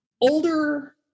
older